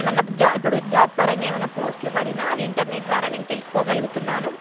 ఏమన్నా జ ఇప్పుడు జాబ్ పరంగా ఏమైన్నా పోస్ట్లు పడిన అది ఇంటర్నెట్ ద్వారా నేను తెలుసుకోగలుగుతున్నాను